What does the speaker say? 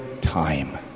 time